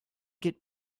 get